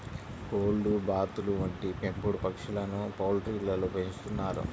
కోళ్లు, బాతులు వంటి పెంపుడు పక్షులను పౌల్ట్రీలలో పెంచుతున్నారు